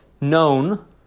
known